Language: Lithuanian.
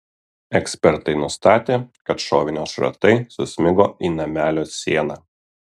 ekspertai nustatė kad šovinio šratai susmigo į namelio sieną